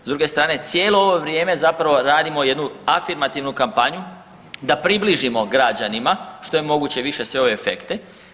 S druge strane cijelo ovo vrijeme zapravo radimo jednu afirmativnu kampanju da približimo građanima što je moguće više sve ove efekte.